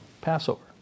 Passover